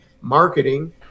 marketing